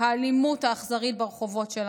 האלימות האכזרית ברחובות שלנו,